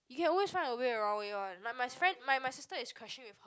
you can always find a way around it one my my friend my my sister is crashing with her